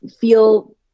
feel